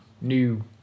new